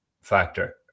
factor